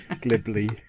glibly